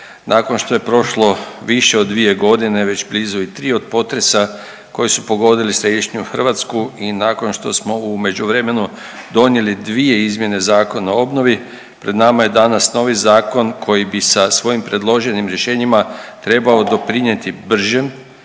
nakon što je prošlo više od 2 godine već blizu i 3 koji su pogodili središnju Hrvatsku i nakon što smo u međuvremenu donijeli 2 izmjene Zakona o obnovi pred nama je danas novi zakon koji bi sa svojim predloženim rješenjima trebao doprinijeti bržem,